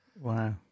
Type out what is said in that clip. Wow